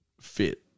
fit